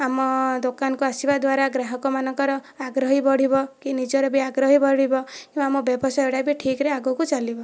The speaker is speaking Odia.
ଆମ ଦୋକାନକୁ ଆସିବା ଦ୍ୱାରା ଗ୍ରାହକମାନଙ୍କର ଆଗ୍ରହ ବଢ଼ିବ କି ନିଜର ବି ଆଗ୍ରହ ବଢ଼ିବ ଆମ ବ୍ୟବସାୟ ବି ଠିକରେ ଆଗକୁ ଚାଲିବ